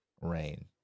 rain